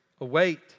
await